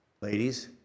Ladies